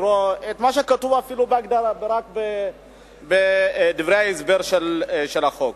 לקרוא את מה שכתוב בדברי ההסבר של הצעת החוק: